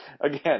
Again